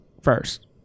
first